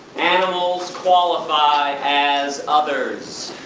animals qualify as others!